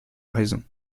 raison